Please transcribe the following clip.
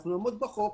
אנחנו נעמוד בחוק.